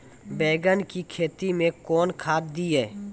बैंगन की खेती मैं कौन खाद दिए?